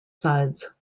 sides